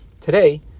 today